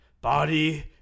body